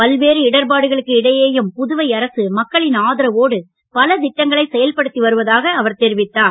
பல்வேறு இடப்பாடுகளுக்கு இடையேயும் புதுவை அரசு மக்களின் ஆதரவோடு பல திட்டங்களை செயல்படுத்தி வருவதாக அவர் தெரிவித்தார்